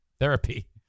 therapy